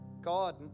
God